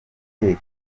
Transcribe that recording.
irihe